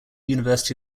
university